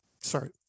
sorry